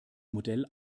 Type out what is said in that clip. modell